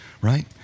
right